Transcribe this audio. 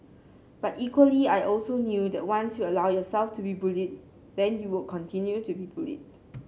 but equally I also knew that once you allow yourself to be bullied then you will continue to be bullied